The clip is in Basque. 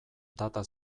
data